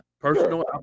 personal